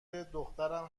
دخترم